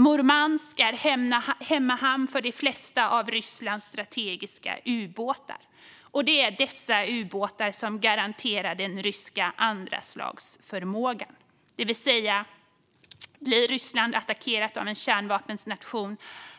Murmansk är hemmahamn för de flesta av Rysslands strategiska ubåtar. Det är dessa ubåtar som garanterar den ryska andraslagsförmågan. Om Ryssland blir attackerat av en kärnvapennation